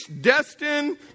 Destin